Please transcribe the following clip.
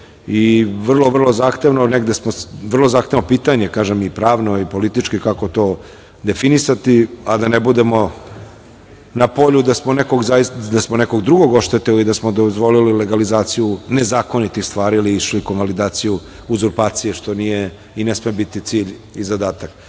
bave poljoprivredom. Vrlo zahtevno pitanje i pravno i politički, kako to definisati a da ne budemo na polju da smo nekog drugog oštetili, dozvolili legalizaciju nezakonitih stvari ili išli na konvalidaciju uzurpacije što nije i ne sme biti cilj i zadatak.